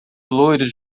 loiros